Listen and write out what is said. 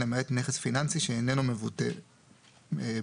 - למעט נכס פיננסי שאיינו מבוטא בחפץ.